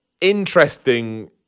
interesting